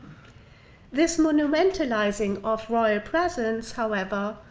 this monumentalizing of royal presence, however,